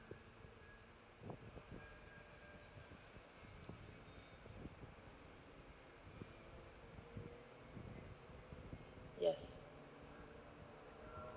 yes